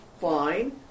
fine